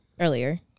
earlier